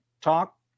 talk